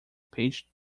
page